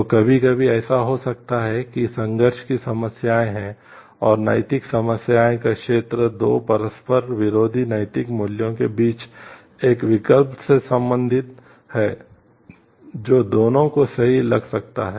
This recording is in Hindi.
तो कभी कभी ऐसा हो सकता है कि संघर्ष की समस्याएं हैं और नैतिक समस्या का क्षेत्र 2 परस्पर विरोधी नैतिक मूल्यों के बीच एक विकल्प से संबंधित है जो दोनों को सही लग सकता है